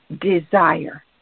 desire